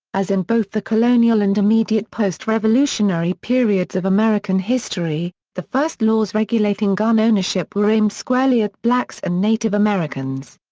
as in both the colonial and immediate post-revolutionary periods of american history, the first laws regulating gun ownership were aimed squarely at blacks and native americans.